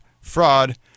fraud